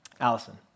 Allison